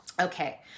okay